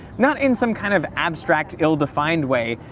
not in some kind of abstract, ill defined way,